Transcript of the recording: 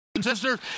Sisters